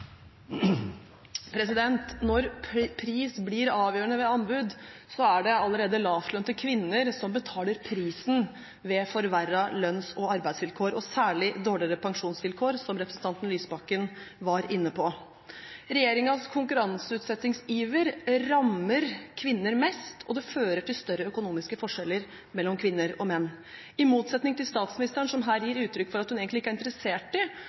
det allerede lavtlønte kvinner som betaler prisen ved forverrede lønns- og arbeidsvilkår, og særlig dårligere pensjonsvilkår, som representanten Lysbakken var inne på. Regjeringens konkurranseutsettingsiver rammer kvinner mest, og det fører til større økonomiske forskjeller mellom kvinner og menn. I motsetning til statsministeren som her gir uttrykk for at hun egentlig ikke er interessert i